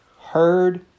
heard